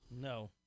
no